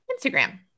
Instagram